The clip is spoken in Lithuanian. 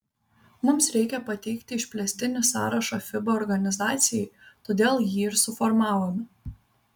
mums reikia pateikti išplėstinį sąrašą fiba organizacijai todėl jį ir suformavome